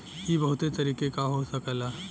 इ बहुते तरीके क हो सकला